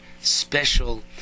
special